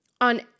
on